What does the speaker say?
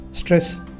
Stress